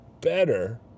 better